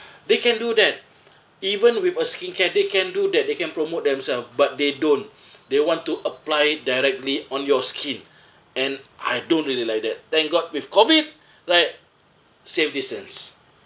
they can do that even with a skincare they can do that they can promote themself but they don't they want to apply directly on your skin and I don't really like that thank god with COVID right safe distance